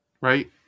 right